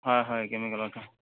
ହଏ ହଏ କେମିକାଲ୍ ଅଠା